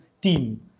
team